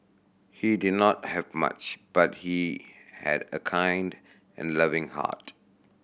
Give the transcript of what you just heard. he did not have much but he had a kind and loving heart